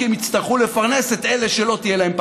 כי הם יצטרכו לפרנס את אלה שלא תהיה להם פרנסה.